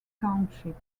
township